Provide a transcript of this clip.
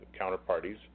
counterparties